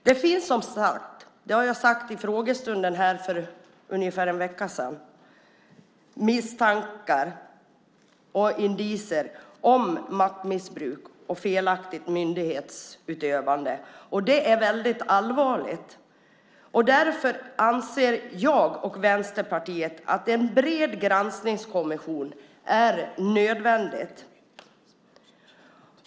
Jag sade vid frågestunden för ungefär en vecka sedan att det har funnits misstanker och indicier om maktmissbruk och felaktig myndighetsutövning. Det är väldigt allvarligt. Därför anser jag och Vänsterpartiet att en bred granskningskommission är nödvändig.